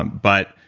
ah but,